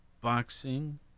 boxing